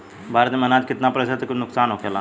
भारत में अनाज कितना प्रतिशत नुकसान होखेला?